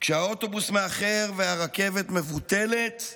כשהאוטובוס מאחר והרכבת מבוטלת,